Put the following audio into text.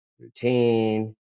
routine